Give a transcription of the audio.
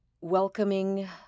welcoming